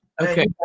Okay